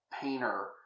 painter